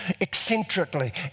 eccentrically